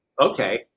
okay